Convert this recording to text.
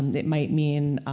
it might mean,